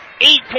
eight